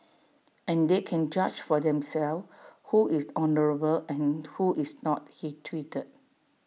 and they can judge for themselves who is honourable and who is not he tweeted